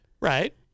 Right